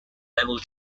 level